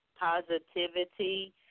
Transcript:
positivity